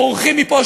בורחים מפה,